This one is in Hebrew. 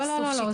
לא, לא.